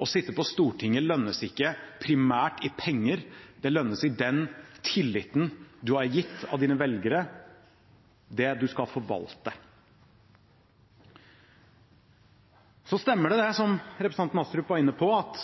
Å sitte på Stortinget lønnes ikke primært i penger, det lønnes i den tilliten en er gitt av sine velgere, det en skal forvalte. Det stemmer, det som representanten Astrup var inne på, at